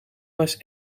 was